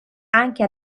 anche